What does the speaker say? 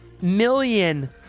million